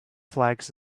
flags